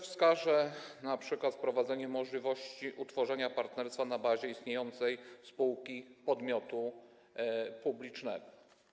Wskażę np. wprowadzenie możliwości utworzenia partnerstwa na bazie istniejącej spółki podmiotu publicznego.